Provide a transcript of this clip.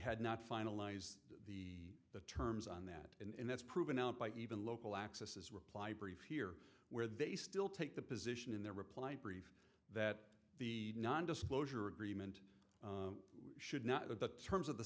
had not finalized the terms on that and that's proven out by even local access as reply brief here where they still take the position in their reply brief that the non disclosure agreement should not have the